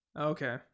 okay